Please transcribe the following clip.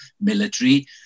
military